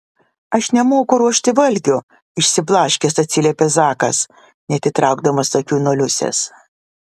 aš nemoku ruošti valgio išsiblaškęs atsiliepė zakas neatitraukdamas akių nuo liusės